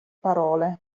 parole